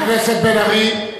חבר הכנסת בן-ארי.